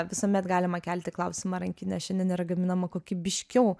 visuomet galima kelti klausimą ar rankinė šiandien yra gaminama kokybiškiau